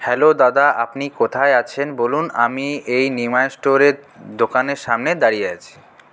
hello দাদা আপনি কোথায় আছেন বলুন আমি এই নিমাই স্টোরের দোকানের সামনে দাঁড়িয়ে আছি